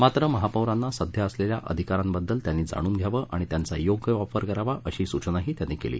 मात्र महापौरांना सध्या असलेल्या अधिकारांबद्दल त्यांनी जाणून घ्यावं आणि त्यांचा योग्य वापर करावा अशी सूचनाही त्यांनी केली